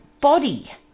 body